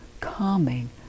calming